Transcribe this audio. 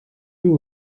eux